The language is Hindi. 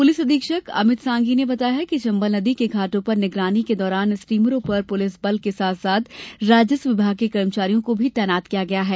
पुलिस अधीक्षक अमित सांघी ने बताया कि चंबल नदी के घाटों पर निगरानी के दौरान स्टीमरों पर पुलिस बल के साथ साथ राजस्व विभाग के कर्मचारियों को भी तैनात किया गया है